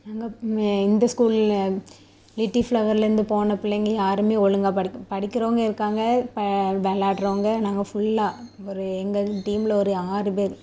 அங்கே மே இந்த ஸ்கூலில் லிட்டில் ஃப்ளவரில் இருந்து போன பிள்ளைங்க யாருமே ஒழுங்கா படிக் படிக்கிறவங்க இருக்காங்க ப வெளாட்றவங்க நாங்கள் ஃபுல்லாக ஒரு எங்கள் டீமில் ஒரு ஆறு பேர்